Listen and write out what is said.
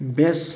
ꯕ꯭ꯦꯁꯠ